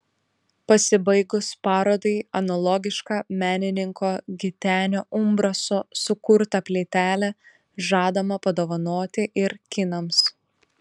pasibaigus parodai analogišką menininko gitenio umbraso sukurtą plytelę žadama padovanoti ir kinams